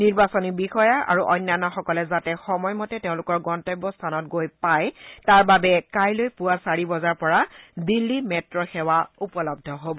নিৰ্বাচনী বিষয়া আৰু অন্যান্যসকলে যাতে সময়মতে তেওঁলোকৰ গন্তব্যস্থানত গৈ পায় তাৰ বাবে কাইলৈ পুৱা চাৰি বজাৰ পৰা দিল্লী মেট্ৰো সেৱা উপলব্ধ হ'ব